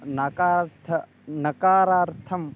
नकार्थ नकारार्थं